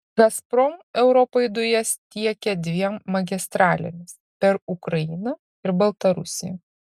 gazprom europai dujas tiekia dviem magistralėmis per ukrainą ir baltarusiją